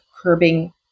curbing